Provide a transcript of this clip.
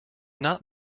not